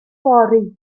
fory